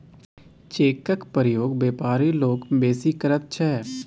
चेकक प्रयोग बेपारी लोक बेसी करैत छै